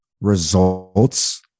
results